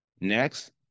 Next